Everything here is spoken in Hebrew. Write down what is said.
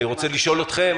אני רוצה לשאול אתכם,